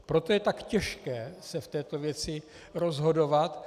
Proto je tak těžké se v této věci rozhodovat.